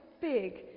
big